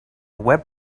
web